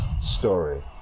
story